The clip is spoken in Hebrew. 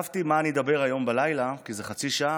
חשבתי, על מה אני אדבר היום בלילה, כי זה חצי שעה,